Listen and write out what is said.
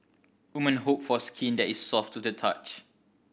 women hope for skin that is soft to the touch